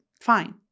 Fine